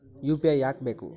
UPI ಯಾಕ್ ಬೇಕು?